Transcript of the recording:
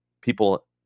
people